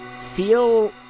feel